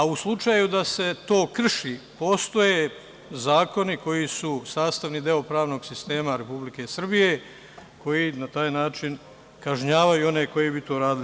U slučaju da se to krši, postoje zakoni koji su sastavni deo pravnog sistema Republike Srbije koji na taj način kažnjavaju one koji bi to radili.